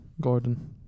Gordon